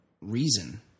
reason